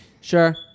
sure